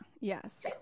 Yes